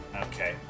Okay